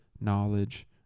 knowledge